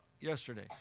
yesterday